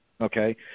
Okay